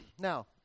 Now